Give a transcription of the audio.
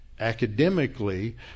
academically